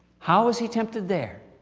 how was he tempted there,